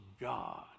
God